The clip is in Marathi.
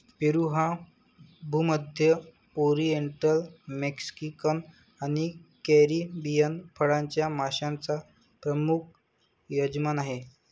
पेरू हा भूमध्य, ओरिएंटल, मेक्सिकन आणि कॅरिबियन फळांच्या माश्यांचा प्रमुख यजमान आहे